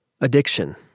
Addiction